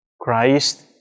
Christ